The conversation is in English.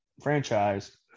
franchise